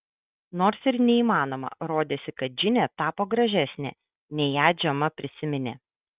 nors ir neįmanoma rodėsi kad džinė tapo gražesnė nei ją džema prisiminė